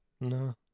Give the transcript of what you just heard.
no